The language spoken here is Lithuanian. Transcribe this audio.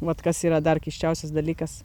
vat kas yra dar keisčiausias dalykas